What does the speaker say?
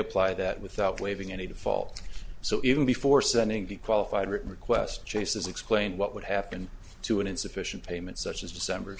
apply that without leaving any default so even before sending the qualified written request chase's explain what would happen to an insufficient payment such as december